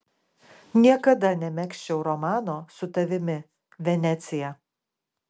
niekada nemegzčiau romano su tavimi venecija